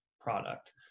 product